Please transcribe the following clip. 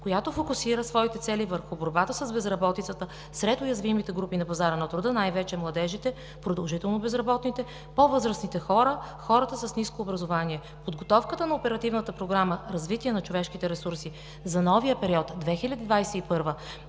която фокусира своите цели върху борбата с безработицата сред уязвимите групи на пазара на труда, най-вече младежите, продължително безработните, по-възрастните хора, хората с ниско образование. Подготовката на Оперативната програма „Развитие на човешките ресурси“ за новия период 2021